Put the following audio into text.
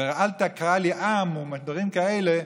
ואל תקרא לי עם או דברים כאלה,